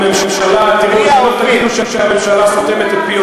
הממשלה, שלא תגידו שהממשלה סותמת את פיותיכם,